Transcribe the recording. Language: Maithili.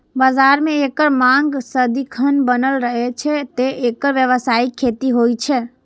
बाजार मे एकर मांग सदिखन बनल रहै छै, तें एकर व्यावसायिक खेती होइ छै